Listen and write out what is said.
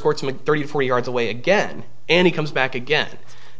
back thirty four yards away again and he comes back again